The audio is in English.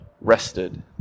rested